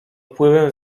wpływem